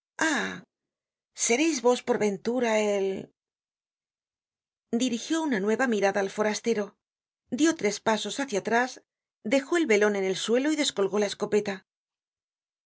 sereis vos por ventura el dirigió una nueva mirada al forastero dió tres pasos atrás dejó el velon en el suelo y descolgó la escopeta a